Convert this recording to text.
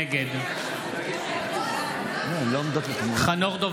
נגד חנוך דב